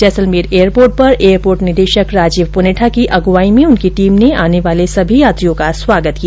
Jaisalmer airport पर airport निदेशक राजीव पुनेठा की अग्वाई में उनकी टीम ने आने वाले सभी यात्रियों का स्वागत किया